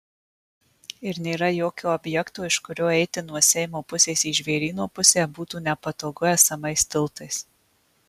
ir nėra jokio objekto iš kurio eiti nuo seimo pusės į žvėryno pusę būtų nepatogu esamais tiltais